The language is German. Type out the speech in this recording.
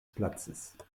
platzes